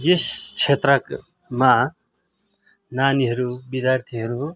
यस क्षेत्रमा नानीहरू विद्यार्थीहरू